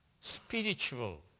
spiritual